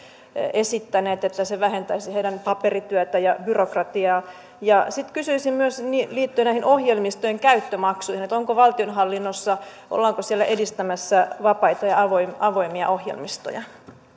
esittäneet että se vähentäisi heidän paperityötään ja byrokratiaa sitten kysyisin myös liittyen näihin ohjelmistojen käyttömaksuihin ollaanko valtionhallinnossa edistämässä vapaita ja avoimia ohjelmistoja